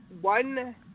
one